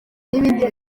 n’ibindi